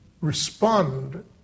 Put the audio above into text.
respond